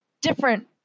different